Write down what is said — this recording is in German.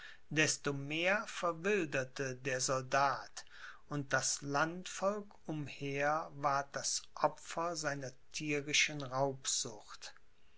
desto mehr verwilderte der soldat und das landvolk umher ward das opfer seiner thierischen raubsucht